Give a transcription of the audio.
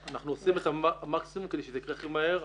אנחנו עושים את המקסימום כדי שזה יקרה הכי מהר.